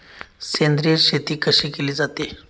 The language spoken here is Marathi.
सेंद्रिय शेती कशी केली जाते?